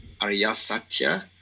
Aryasatya